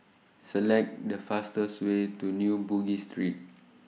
Select The fastest Way to New Bugis Street